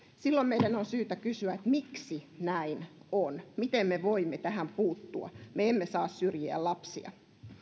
silloin meidän on syytä kysyä että miksi näin on miten me voimme tähän puuttua me emme saa syrjiä lapsia